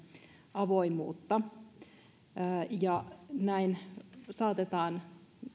avoimuutta näin saatetaankin